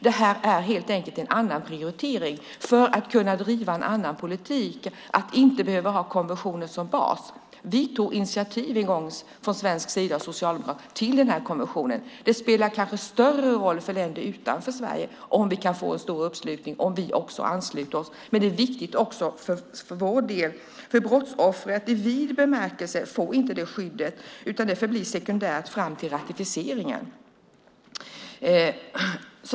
Det här är en annan prioritering för att kunna driva en annan politik och inte behöva ha konventionen som bas. Vi tog en gång från svensk och socialdemokratisk sida initiativ till den här konventionen. Det spelar kanske större roll för länder utanför Sverige om vi kan få en större anslutning och om vi också ansluter oss. Men det är också viktigt för vår del. Brottsoffret i vid bemärkelse får inte det skyddet. Det förblir sekundärt fram till ratificeringen.